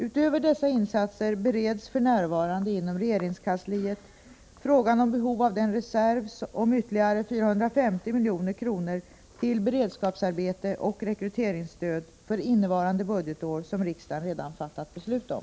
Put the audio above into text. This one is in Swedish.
Utöver dessa insatser bereds f. n. inom regeringskansliet frågan om behov av den reserv om ytterligare 450 milj.kr. till beredskapsarbete och rekryteringsstöd för innevarande budgetår som riksdagen redan fattat beslut om.